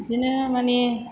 बिदिनो माने